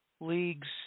leagues